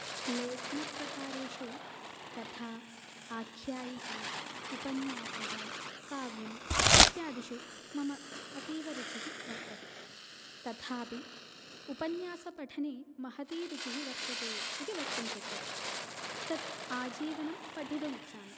लेखनप्रकारेषु कथा आख्यायिका उपन्यासः काव्यम् इत्यादिषु मम अतीवरुचिः वर्तते तथापि उपन्यासपठने महतीरुचिः वर्तते इति वक्तुं शक्यते तत् आजीवनं पठितुमिच्छामि